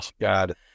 God